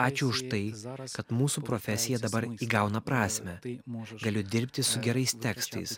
ačiū už tai kad mūsų profesija dabar įgauna prasmę galiu dirbti su gerais tekstais